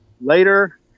later